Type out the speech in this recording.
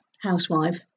housewife